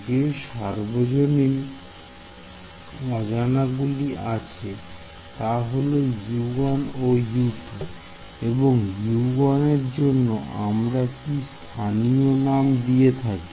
যে সার্বজনীন অজানা গুলি আছে তা হল U1 ও U2 এবং U1 এর জন্য আমরা কি স্থানীয় নাম দিয়ে থাকি